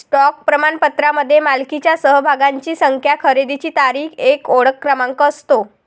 stock प्रमाणपत्रामध्ये मालकीच्या समभागांची संख्या, खरेदीची तारीख, एक ओळख क्रमांक असतो